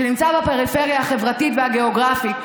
שנמצא בפריפריה החברתית והגיאוגרפית,